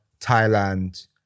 Thailand